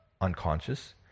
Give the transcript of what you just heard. unconscious